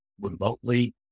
remotely